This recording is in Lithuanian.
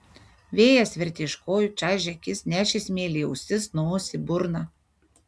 vėjas vertė iš kojų čaižė akis nešė smėlį į ausis nosį burną